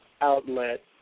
outlet